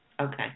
Okay